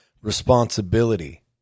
responsibility